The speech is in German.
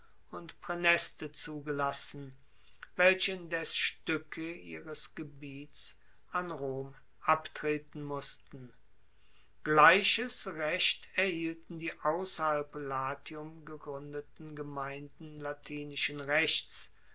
und praeneste zugelassen welche indes stuecke ihres gebiets an rom abtreten mussten gleiches recht erhielten die ausserhalb latium gegruendeten gemeinden latinischen rechts